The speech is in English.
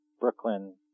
brooklyn